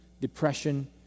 depression